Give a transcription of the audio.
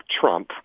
Trump